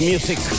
Music